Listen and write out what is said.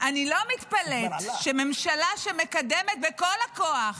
אני לא מתפלאת שממשלה שמקדמת בכול הכוח